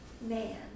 man